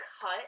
cut